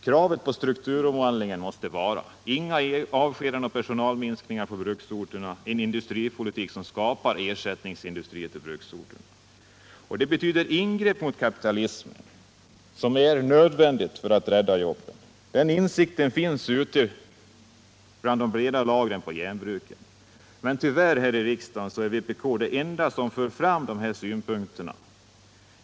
Kravet på strukturomvandling måste vara: Inga avskedanden och personalminskningar på bruksorterna, en industripolitik som skapar ersättningsindustrier till bruksorterna. Det betyder ingrepp i kapitalismen — det är nödvändigt för att rädda jobben. Den insikten finns ute hos de breda lagren på järnbruken. Men tyvärr är vpk det enda partiet i riksdagen som för fram dessa synpunkter.